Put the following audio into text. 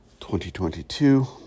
2022